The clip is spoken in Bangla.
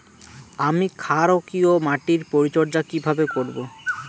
আমি ক্ষারকীয় মাটির পরিচর্যা কিভাবে করব?